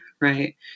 right